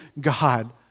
God